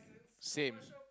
same